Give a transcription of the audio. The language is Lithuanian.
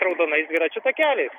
raudonais dviračių takeliais